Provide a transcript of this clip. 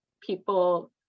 people